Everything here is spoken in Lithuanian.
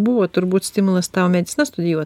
buvo turbūt stimulas tau mediciną studijuot